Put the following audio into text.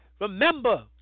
remember